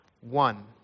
One